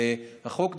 החוק,